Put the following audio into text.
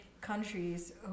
countries